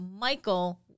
Michael